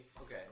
Okay